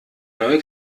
neue